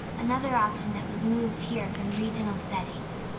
another option that was moved here from regional settings.